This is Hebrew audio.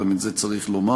גם את זה צריך לומר.